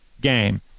game